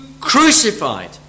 crucified